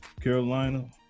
Carolina